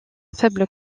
faible